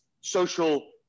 social